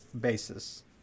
basis